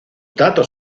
datos